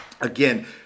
again